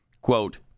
quote